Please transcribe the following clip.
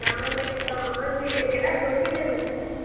நாளைக்கா ஆர்சி ரிலேட்டடாக ப்ரொசீஜர் இருக்கா